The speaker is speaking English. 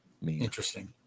interesting